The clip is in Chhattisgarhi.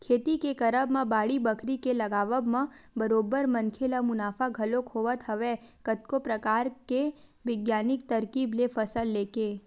खेती के करब म बाड़ी बखरी के लगावब म बरोबर मनखे ल मुनाफा घलोक होवत हवय कतको परकार के बिग्यानिक तरकीब ले फसल लेके